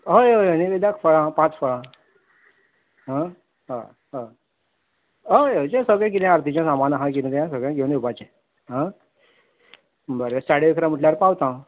हय अय अय नेवेदाक फळां पांच फळां हय हय हय हय हय जें सगळें किदें आर्तीचें सामान आसा किदें तें सगळें घेवन येवपाचें बरें साडे अकरा म्हटल्यार पावता